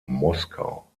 moskau